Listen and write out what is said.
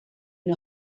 une